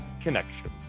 Connection